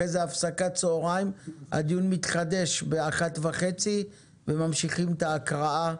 אחר כך תהיה הפסקת צהריים והדיון יתחדש ב-13:30 וממשיכים בהקראה.